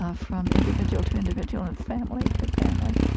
ah from individual to individual and family to family